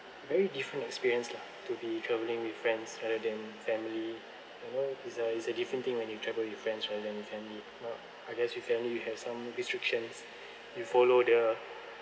very different experience lah to be travelling with friends rather than family you know it's a it's a different thing when you travel with friends rather than family I guess with family you have some restrictions you follow the